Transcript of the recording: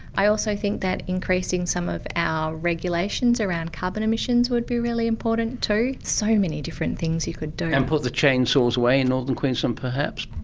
i also think that increasing some of our regulations around carbon emissions would be really important too. there's so many different things you could do. and put the chainsaws away in northern queensland perhaps?